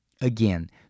Again